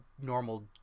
normal